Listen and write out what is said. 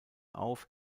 auf